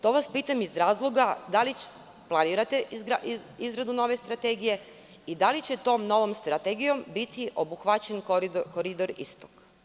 To vas pitam iz razloga - da li planirate izradu nove strategije i da li će tom novom strategijom biti obuhvaćen Koridor Istok?